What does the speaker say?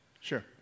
Sure